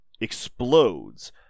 explodes